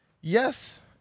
yes